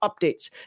updates